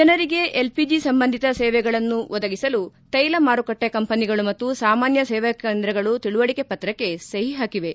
ಜನರಿಗೆ ಎಲ್ಪಿಜಿ ಸಂಬಂಧಿತ ಸೇವೆಗಳನ್ನು ಒದಗಿಸಲು ತೈಲ ಮಾರುಕಟ್ಟೆ ಕಂಪನಿಗಳು ಮತ್ತು ಸಾಮಾನ್ಯ ಸೇವಾ ಕೇಂದ್ರಗಳು ತಿಳುವಳಿಕೆ ಪತ್ರಕ್ಕೆ ಸಹಿ ಹಾಕಿವೆ